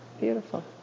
beautiful